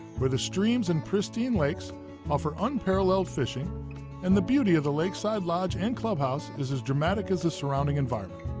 where the streams and pristine lakes offer unparalleled fishing and the beauty of the lakeside lodge and clubhouse is as dramatic as the surrounding environment.